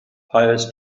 hires